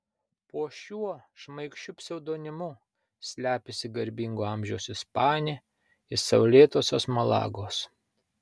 po šiuo šmaikščiu pseudonimu slepiasi garbingo amžiaus ispanė iš saulėtosios malagos